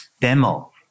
demo